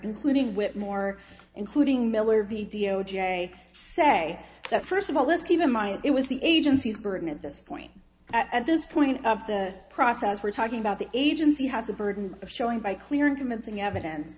including whitmore including miller v d o j say that first of all let's keep in mind it was the agency's burden at this point at this point of the process we're talking about the agency has a burden of showing by clear and convincing evidence